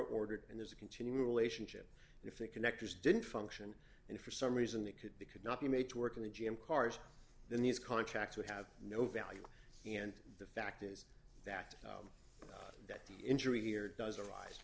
ordered and there's a continuing relationship and if the connectors didn't function and for some reason it could be could not be made to work in the g m cars then these contracts would have no value and the fact is that that the injury here does arise